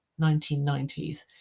1990s